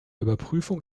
überprüfung